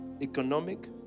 economic